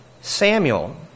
Samuel